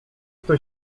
kto